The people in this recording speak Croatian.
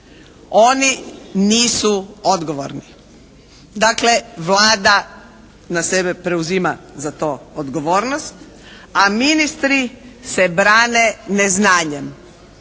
oni nisu odgovorni. Dakle, Vlada na sebe preuzima za to odgovornost a ministri se brane neznanjem.